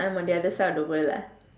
I'm on the other side of the world ah